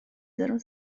zero